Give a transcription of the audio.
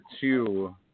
two